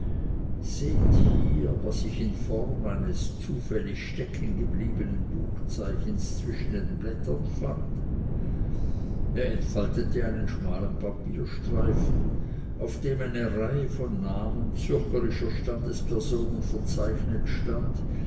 seht hier was ich in form eines zufällig stecken gebliebenen buchzeichens zwischen den blättern fand er entfaltete einen schmalen papierstreifen auf dem eine reihe von namen zürcherischer standespersonen verzeichnet stand